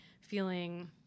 feeling